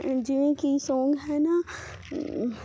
ਜਿਵੇਂ ਕੀ ਸੌਂਗ ਹੈ ਨਾ